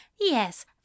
Yes